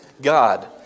God